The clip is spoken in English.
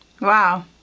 Wow